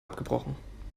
abgebrochen